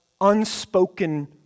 unspoken